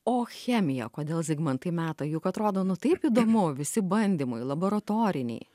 o chemiją kodėl zigmantai meta juk atrodo nu taip įdomu visi bandymai laboratoriniai